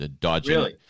dodging